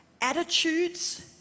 attitudes